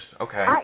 Okay